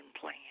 plan